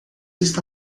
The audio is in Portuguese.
está